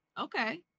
Okay